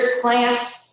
plant